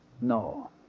No